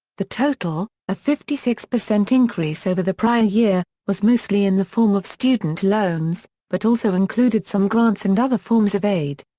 the total, a fifty six percent increase over the prior year, was mostly in the form of student loans, but also included some grants and other forms of aid.